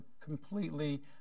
completely